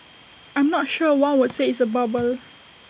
I'm not sure one would say it's A bubble